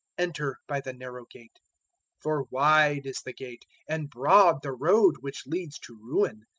enter by the narrow gate for wide is the gate and broad the road which leads to ruin,